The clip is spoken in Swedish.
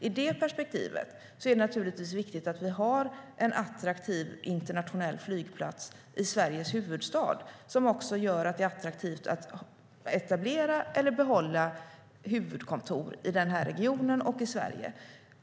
I det perspektivet är det naturligtvis viktigt att vi har en attraktiv internationell flygplats i Sveriges huvudstad som gör att det är attraktivt att etablera eller behålla huvudkontor i den här regionen och i Sverige.